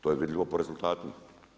To je vidljivo po rezultatima.